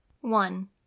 one